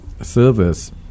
service